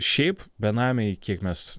šiaip benamiai kiek mes